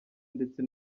ndetse